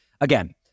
Again